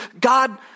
God